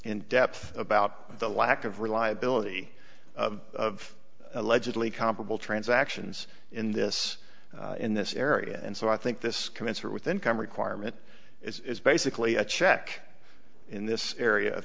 in depth about the lack of reliability of allegedly comparable transactions in this in this area and so i think this commensurate with income requirement it's basically a check in this area of